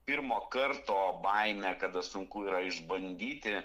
pirmo karto baimė kada sunku yra išbandyti